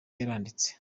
yaranditse